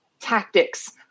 tactics